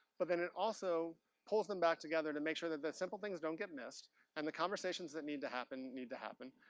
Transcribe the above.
but then it also pulls them back together to make sure that the simple things don't get missed and the conversations that need to happen, need to happen,